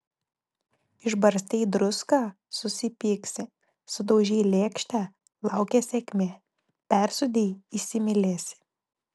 išbarstei druską susipyksi sudaužei lėkštę laukia sėkmė persūdei įsimylėsi